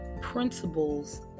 Principles